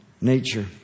nature